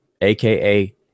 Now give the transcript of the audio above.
aka